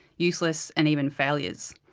useless, and even failures.